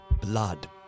blood